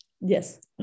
yes